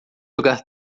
jogar